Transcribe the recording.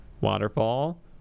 waterfall